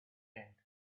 tent